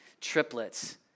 triplets